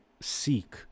seek